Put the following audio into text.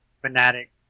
fanatic